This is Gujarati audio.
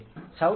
સાવચેત રહો